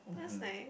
mmhmm